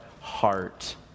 heart